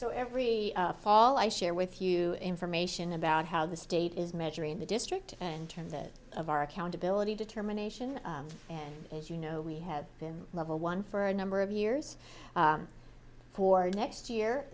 so every fall i share with you information about how the state is measuring the district and terms of our accountability determination and as you know we have been level one for a number of years for next year